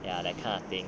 ya that kind of thing